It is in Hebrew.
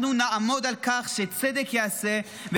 אנחנו נעמוד על כך שצדק ייעשה,